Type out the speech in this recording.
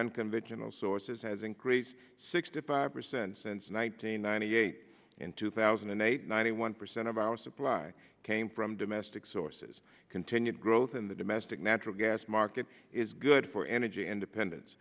unconventional sources has increased sixty five percent since the one nine hundred ninety eight in two thousand and eight ninety one percent of our supply came from domestic sources continued growth in the domestic natural gas market is good for energy independence